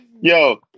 Yo